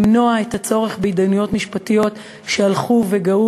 למנוע את הצורך בהתדיינויות משפטיות שהלכו וגאו